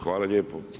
Hvala lijepo.